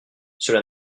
cela